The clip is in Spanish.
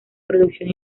producción